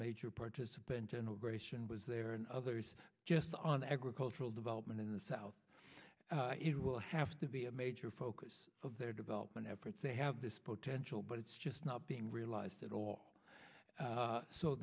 major participant in the ration was there and others just on agricultural development in the south it will have to be a major focus of their development efforts they have this potential but it's just not being realized at all